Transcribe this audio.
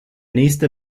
nächste